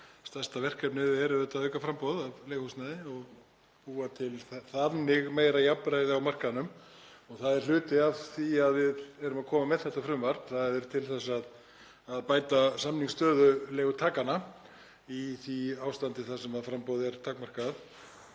stærsta verkefnið er auðvitað að auka framboð af leiguhúsnæði og búa þannig til meira jafnræði á markaðnum. Það er hluti af því að við erum að leggja þetta frumvarp fram, þ.e. að bæta samningsstöðu leigutaka í því ástandi að framboð er takmarkað.